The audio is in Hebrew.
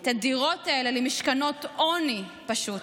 את הדירות האלה, למשכנות עוני פשוט,